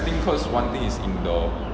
think cause one thing is indoor